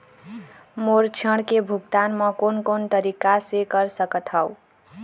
मोर ऋण के भुगतान म कोन कोन तरीका से कर सकत हव?